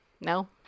No